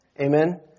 amen